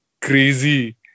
crazy